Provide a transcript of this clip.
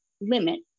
limit